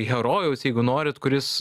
herojaus jeigu norit kuris